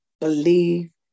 believe